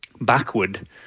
backward